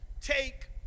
take